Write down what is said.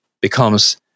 becomes